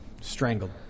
Strangled